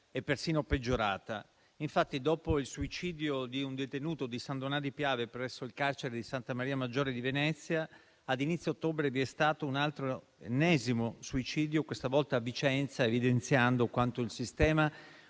è persino peggiorata, Infatti, dopo il suicidio del detenuto di San Donà di Piave presso il carcere di Santa Maria Maggiore di Venezia ad inizio ottobre vi è stato un altro, ennesimo, suicidio, questa volta a Vicenza, evidenziando quanto il sistema